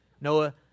Noah